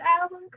album